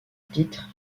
titre